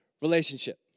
relationship